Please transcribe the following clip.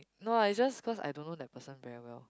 no ah is just cause I don't know that person very well